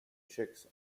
chicks